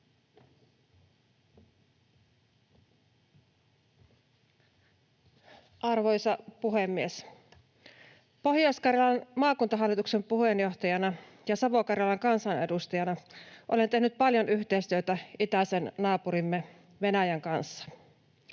Arvoisa puhemies! Pohjois-Karjalan maakuntahallituksen puheenjohtajana ja Savo-Karjalan kansanedustajana olen tehnyt paljon yhteistyötä itäisen naapurimme Venäjän kanssa.